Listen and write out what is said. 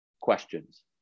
questions